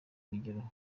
urugero